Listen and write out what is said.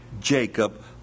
Jacob